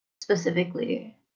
specifically